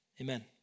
amen